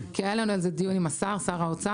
כי היה לנו על זה דיון עם שר האוצר.